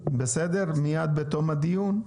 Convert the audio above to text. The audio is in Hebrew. בסדר, מיד בתום הדיון.